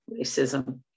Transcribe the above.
racism